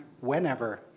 whenever